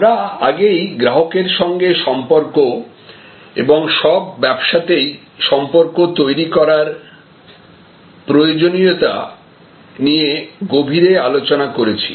আমরা আগেই গ্রাহকের সঙ্গে সম্পর্ক এবং সব ব্যবসাতেই সম্পর্ক তৈরি করার প্রয়োজনীয়তা নিয়ে গভীরে আলোচনা করেছি